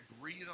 breathe